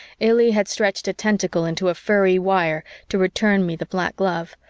illy had stretched a tentacle into a furry wire to return me the black glove,